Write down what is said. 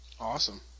Awesome